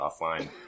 offline